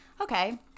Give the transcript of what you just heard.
Okay